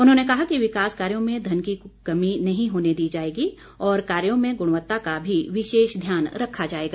उन्होंने कहा कि विकास कार्यों में धन की कमी नहीं होने दी जाएगी और कार्यों में गुणवत्ता का भी विशेष ध्यान रखा जाएगा